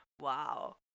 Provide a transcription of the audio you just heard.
wow